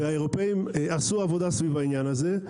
והאירופים עשו עבודה סביב העניין הזה.